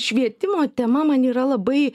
švietimo tema man yra labai